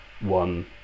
one